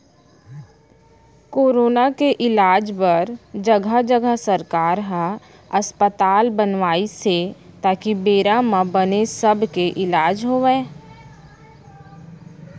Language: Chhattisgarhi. कोरोना के इलाज बर जघा जघा सरकार ह अस्पताल बनवाइस हे ताकि बेरा म बने सब के इलाज होवय